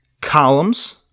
Columns